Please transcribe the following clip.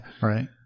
Right